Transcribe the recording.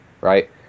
right